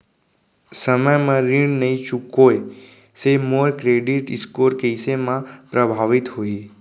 समय म ऋण नई चुकोय से मोर क्रेडिट स्कोर कइसे म प्रभावित होही?